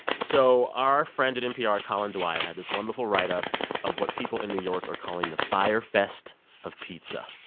so our friend at npr colin dwyer had this wonderful write-up of what people in new york are calling the fyre fest of pizza.